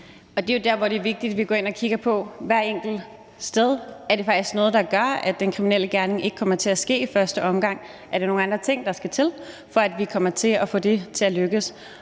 det er vigtigt, at vi går ind og kigger på hvert enkelt sted, om det faktisk er noget, der gør, at den kriminelle gerning ikke kommer til at ske i første omgang, eller om det er nogle andre ting, der skal til, for at vi kommer til at få dét til at lykkes.